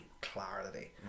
clarity